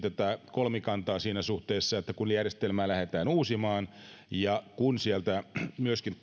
kolmikantaa siinä suhteessa että kun järjestelmää lähdetään uusimaan ja kun sieltä työeläkejärjestelmästä myöskin